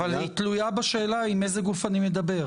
אבל היא תלויה בשאלה עם איזה גוף אני מדבר.